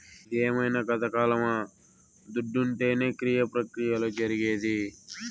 ఇదేమైన గతకాలమా దుడ్డుంటేనే క్రియ ప్రక్రియలు జరిగేది